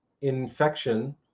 infection